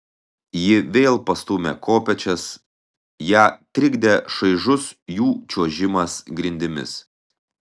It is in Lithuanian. ji vėl pastūmė kopėčias ją trikdė šaižus jų čiuožimas grindimis